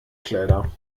kleider